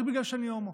רק בגלל שאני הומו,